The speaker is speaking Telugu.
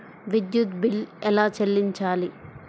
విద్యుత్ బిల్ ఎలా చెల్లించాలి?